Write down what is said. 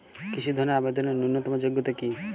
কৃষি ধনের আবেদনের ন্যূনতম যোগ্যতা কী?